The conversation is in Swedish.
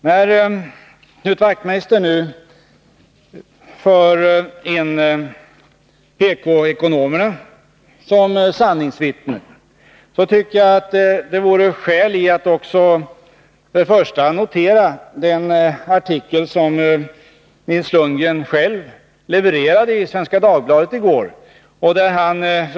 När Knut Wachtmeister nu för in PK-ekonomerna såsom sanningsvittnen, är det skäl i att även notera den artikel som Nils Lundgren själv levererade i Svenska Dagbladet i går.